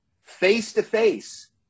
face-to-face